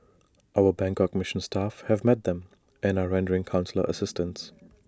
our Bangkok mission staff have met them and are rendering consular assistance